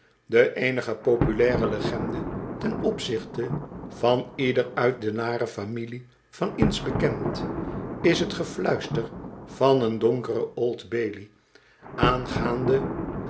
de eenige populaire legende ten opzichte van ieder uit de nare familie van inns bekend is t gefluister van een donkeren old bailey aangaande